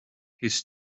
his